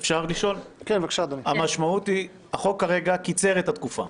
החוק כרגע קיצר את התקופה,